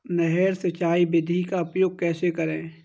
नहर सिंचाई विधि का उपयोग कैसे करें?